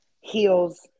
heels